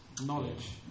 knowledge